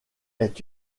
est